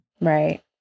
Right